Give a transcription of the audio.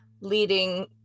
leading